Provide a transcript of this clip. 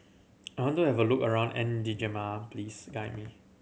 I want to have a look around N'Djamena please guide me